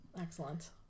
Excellent